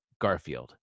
Garfield